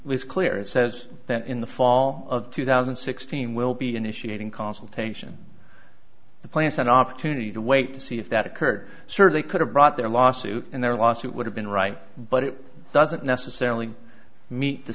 was clear it says that in the fall of two thousand and sixteen we'll be initiating consultation plans an opportunity to wait to see if that occurred sir they could have brought their lawsuit and their lawsuit would have been right but it doesn't necessarily meet the